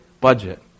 budget